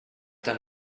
done